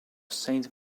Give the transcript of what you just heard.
saint